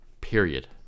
period